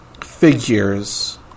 figures